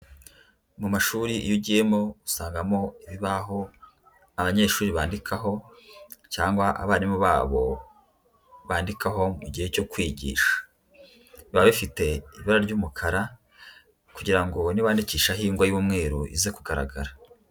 Mu mashuri iyo ugiyemo usangamo ibibaho abanyeshuri bandikaho cyangwa abarimu babo bandikaho mu gihe cyo kwigisha, biba bifite ibara ry'umukara kugira ngo nibandikishaho ingwa y'umweru bize kugaragara.